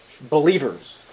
believers